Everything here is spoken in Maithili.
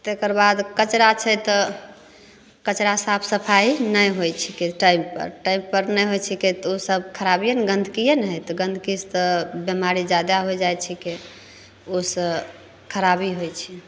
तकर बाद कचरा छै तऽ कचरा साफ सफाइ नहि होइ छिकै टाइमपर टाइमपर नहि होइ छिकै तऽ ओ सब खराबिए ने गन्दगिए ने हइ तऽ गन्दगीसे तऽ बेमारी जादा हो जाइ छिकै ओहिसे खराबी होइ छै